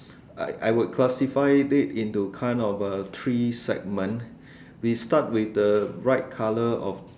I would I would classify it into kind of a three segment we start with the right colour of